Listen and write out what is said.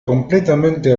completamente